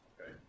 Okay